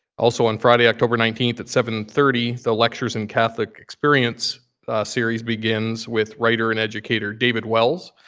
also on friday, october nineteen at seven thirty, the lectures in catholic experience series begins with writer and educator david wells,